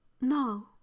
no